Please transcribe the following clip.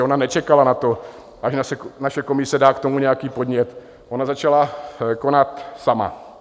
Ona nečekala na to, až naše komise dá k tomu nějaký podnět, ona začala konat sama.